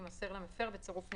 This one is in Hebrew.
ותימסר למפר בצירוף נימוקים.